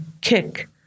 kick